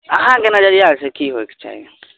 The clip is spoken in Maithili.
अहाँके नजरिया से कि होइके चाही